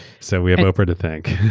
so we have oprah to thank.